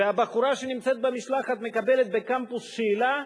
והבחורה שנמצאת במשלחת מקבלת בקמפוס שאלה,